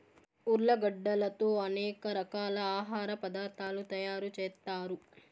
ఉర్లగడ్డలతో అనేక రకాల ఆహార పదార్థాలు తయారు చేత్తారు